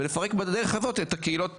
ולפרק בדרך הזאת את הקהילות